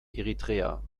eritrea